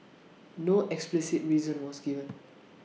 no explicit reason was given